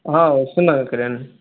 వస్తున్నారు కిరణ్